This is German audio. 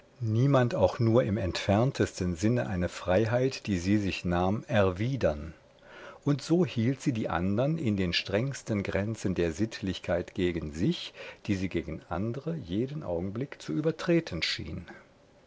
niemand auch nur im entferntesten sinne eine freiheit die sie sich nahm erwidern und so hielt sie die andern in den strengsten grenzen der sittlichkeit gegen sich die sie gegen andere jeden augenblick zu übertreten schien